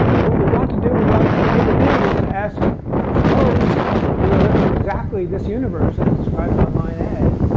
what we want to do in going from a to b is to ask suppose we were living in exactly this universe as described on line a.